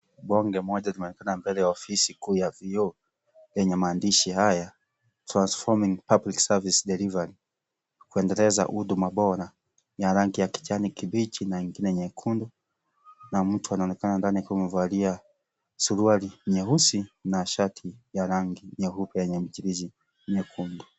Bonge moja linaonekana mbele ya ofisi kuu ya vioo lenye maandishi haya, transforming public service delivery ,kuendeleza huduma bora ya rangi ya kijani kibichi na ingine nyekundu na mtu anaonekana ndani akiwa amevalia suruali nyeusi na shati ya rangi nyeupe yenye michirizi nyekundu.